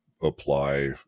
apply